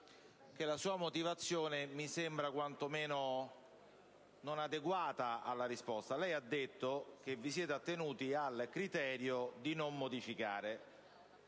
la sua motivazione mi sembra quantomeno non adeguata alla risposta. Lei, signor relatore, ha detto che vi siete attenuti al criterio di non modificare,